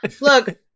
Look